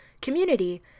community